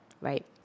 right